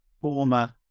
former